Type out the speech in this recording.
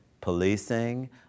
policing